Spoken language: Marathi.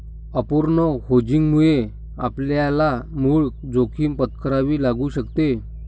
अपूर्ण हेजिंगमुळे आपल्याला मूळ जोखीम पत्करावी लागू शकते